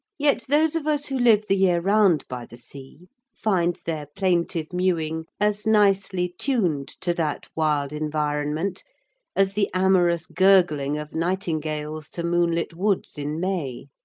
yet those of us who live the year round by the sea find their plaintive mewing as nicely tuned to that wild environment as the amorous gurgling of nightingales to moonlit woods in may.